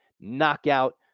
Knockout